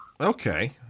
Okay